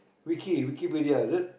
Wiki Wikipedia is it